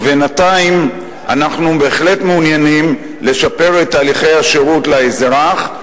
ובינתיים אנחנו בהחלט מעוניינים לשפר את תהליכי השירות לאזרח,